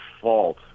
fault